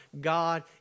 God